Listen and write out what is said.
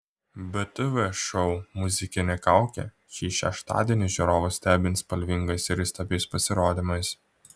btv šou muzikinė kaukė šį šeštadienį žiūrovus stebins spalvingais ir įstabiais pasirodymais